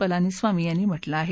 पलानीस्वामी यांनी म्हटलं आहे